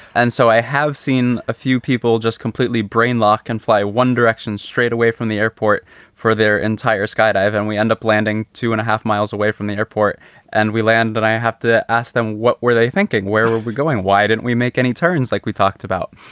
and so i have seen a few people just completely brain lock and fly one direction straight away from the airport for their entire skydive. and we end up landing two and a half miles away from the airport and we land. but i have to ask them, what were they thinking, where we're going? why did we make any turns like we talked about?